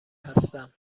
هستم